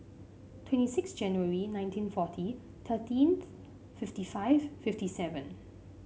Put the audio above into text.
twenty six January nineteen forty thirteen's fifty five fifty seven